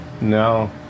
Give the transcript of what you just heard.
no